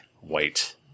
white